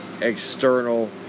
external